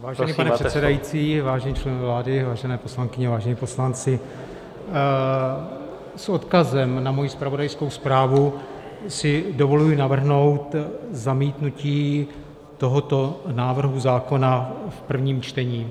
Vážený pane předsedající, vážení členové vlády, vážené poslankyně, vážení poslanci, s odkazem na svoji zpravodajskou zprávu si dovoluji navrhnout zamítnutí tohoto návrhu zákona v prvním čtení.